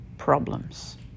Problems